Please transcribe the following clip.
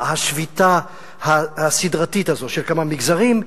השביתה הסדרתית הזו של כמה מגזרים,